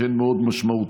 שהן מאוד משמעותיות,